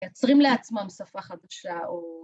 ‫מיצרים לעצמם שפה חדשה או...